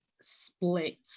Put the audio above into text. split